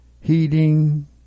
heating